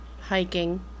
hiking